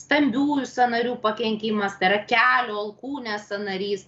stambiųjų sąnarių pakenkimas tai yra kelio alkūnės sąnarys